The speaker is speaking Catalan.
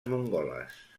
mongoles